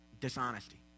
dishonesty